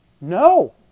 No